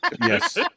Yes